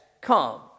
come